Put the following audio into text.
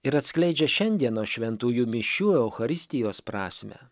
ir atskleidžia šiandienos šventųjų mišių eucharistijos prasmę